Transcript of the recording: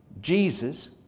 Jesus